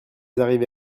arrivé